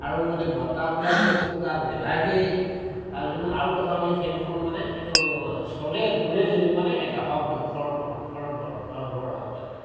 আৰু মানে বতাহ বোলা বস্তুটো গাত নেলাগেই তাৰ পিছতে আৰু কথা হ'ল কি ফেনখন মানে এইটো চলে ঘূৰে যদিও মানে এটা শব্দ ঘৰ ঘৰ ঘৰ ঘৰ ঘৰ ঘৰ শব্দ কৰে